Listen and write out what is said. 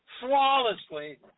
flawlessly